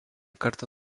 kartą